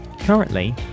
Currently